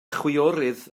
chwiorydd